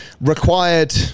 required